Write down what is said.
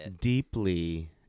deeply